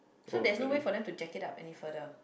so there is no way for them to check it out any further